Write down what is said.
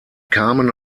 kamen